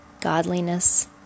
godliness